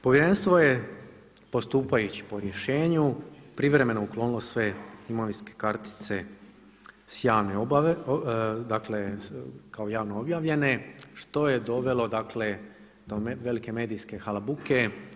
Povjerenstvo je postupajući po rješenju privremeno uklonilo sve imovinske kartice s javne objave, dakle kao javno objavljene što je dovelo, dakle do velike medijske halabuke.